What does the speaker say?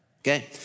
Okay